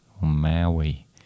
Maui